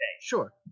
Sure